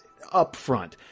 upfront